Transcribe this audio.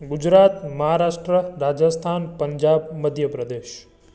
Gujarat Maharashtra Rajasthan Punjab Madhya Pradesh